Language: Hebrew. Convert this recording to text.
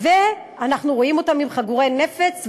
ואנחנו רואים אותם עם חגורות נפץ,